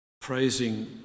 praising